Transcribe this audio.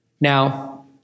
Now